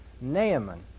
Naaman